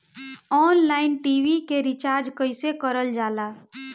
Online TV के recharge कईसे करल जाला?